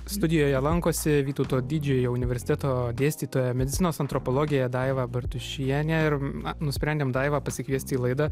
studijoje lankosi vytauto didžiojo universiteto dėstytoja medicinos antropologė daiva bartušienė ir na nusprendėm daivą pasikviest į laidą